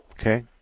Okay